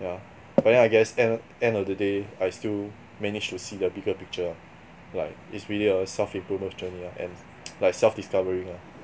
yeah but then I guess end end of the day I still managed to see the bigger picture lah like it's really a self improvement journey lah and like self discovering lah